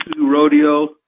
rodeo